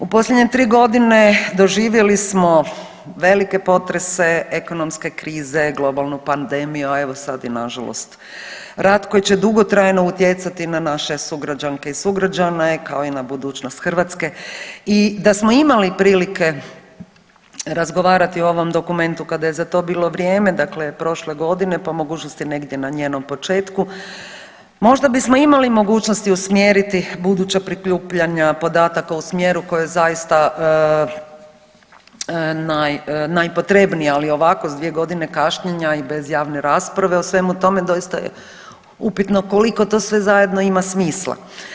U posljednje tri godine doživjeli smo velike potrese ekonomske krize, globalnu pandemiju, a evo sad i nažalost rat koji će dugotrajno utjecati na naše sugrađanke i sugrađane kao i na budućnost Hrvatske i da smo imali prilike razgovarati o ovom dokumentu kada je za to bilo vrijeme, dakle prošle godine po mogućnosti negdje na njenom početku možda bismo imali mogućnosti usmjeriti buduća prikupljanja podataka u smjeru koje zaista najpotrebnije, ali ovako s dvije godine kašnjenja i bez javne rasprave o svemu tome doista je upitno koliko to sve zajedno ima smisla.